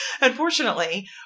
unfortunately